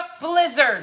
blizzard